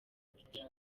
didier